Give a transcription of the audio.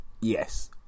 yes